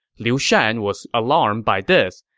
liu shan was alarmed by this,